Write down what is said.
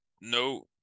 no